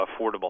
affordable